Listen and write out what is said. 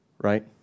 right